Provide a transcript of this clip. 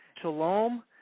Shalom